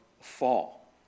fall